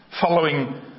following